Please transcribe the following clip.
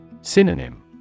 Synonym